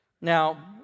Now